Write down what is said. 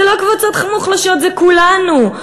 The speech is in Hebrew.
זה לא קבוצות מוחלשות, זה כולנו.